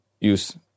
use